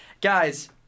Guys